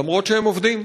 למרות העובדה שהם עובדים,